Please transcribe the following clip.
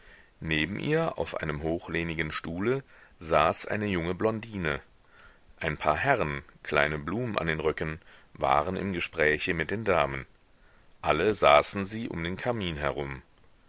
neben ihr auf einem hochlehnigen stuhle saß eine junge blondine ein paar herren kleine blumen an den röcken waren im gespräche mit den damen alle saßen sie um den kamin herum